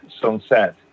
sunset